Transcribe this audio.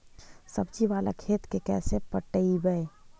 सब्जी बाला खेत के कैसे पटइबै?